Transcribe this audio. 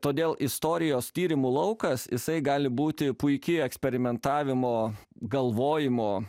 todėl istorijos tyrimų laukas jisai gali būti puiki eksperimentavimo galvojimo